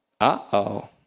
uh-oh